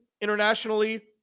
internationally